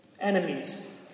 enemies